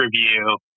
review